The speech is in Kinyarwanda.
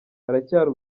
haracyari